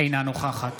אינה נוכחת